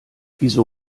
wieso